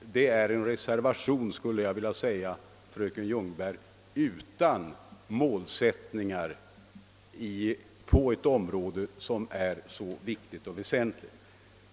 Detta är, skulle jag vilja säga, en reservation utan målsättningar på ett mycket väsentligt område.